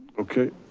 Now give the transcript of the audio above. okay,